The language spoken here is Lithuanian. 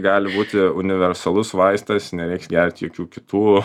gali būti universalus vaistas nereiks gert jokių kitų